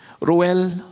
Ruel